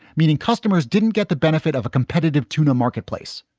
meaning customers didn't get the benefit of a competitive tuna marketplace.